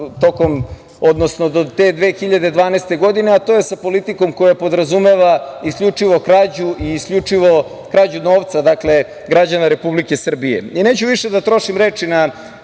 odnosno do te 2012. godine, a to je sa politikom koja podrazumeva isključivo krađu i isključivo krađu novca građana Republike Srbije. Neću više da trošim reči na